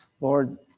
Lord